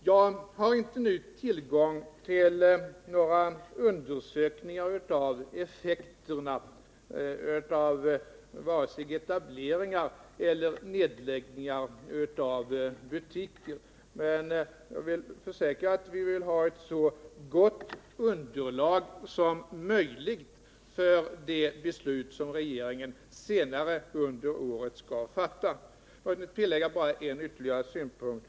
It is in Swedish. Jag har inte nu tillgång till några undersökningar av effekterna av vare sig etableringar eller nedläggningar av butiker, men jag försäkrar att vi vill ha ett så gott underlag som möjligt för det beslut som regeringen senare under året skall fatta. Jag vill tillägga bara en ytterligare synpunkt.